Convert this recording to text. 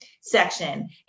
section